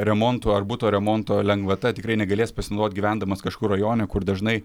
remontu ar buto remonto lengvata tikrai negalės pasinaudot gyvendamas kažkur rajone kur dažnai